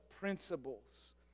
principles